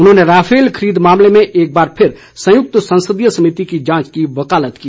उन्होंने राफेल खरीद मामले में एक बार फिर संयुक्त संसदीय समिति की जांच की वकालत की